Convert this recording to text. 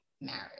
marriage